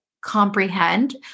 comprehend